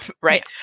Right